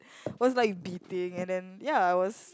was like beating and then ya I was